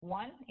one